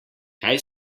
kaj